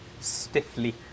stiffly